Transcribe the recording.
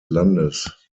landes